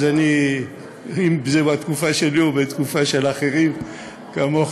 אז אם זה בתקופה שלי או בתקופה של אחרים כמוך,